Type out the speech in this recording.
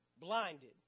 Blinded